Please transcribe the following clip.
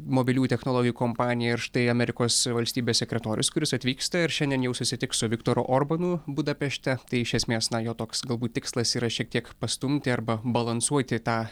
mobilių technologijų kompanija ir štai amerikos valstybės sekretorius kuris atvyksta ir šiandien jau susitiks su viktoru orbanu budapešte tai iš esmės na jo toks galbūt tikslas yra šiek tiek pastumti arba balansuoti tą